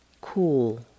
cool